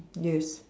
yes